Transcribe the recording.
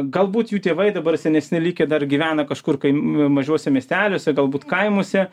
galbūt jų tėvai dabar senesni likę dar gyvena kažkur kai mažuose miesteliuose galbūt kaimuose